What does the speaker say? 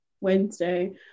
Wednesday